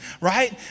right